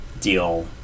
deal